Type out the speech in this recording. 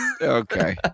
okay